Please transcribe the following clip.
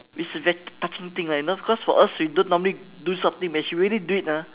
which is very touching thing like you know because for us we don't normally do this kind of thing but she really do it ah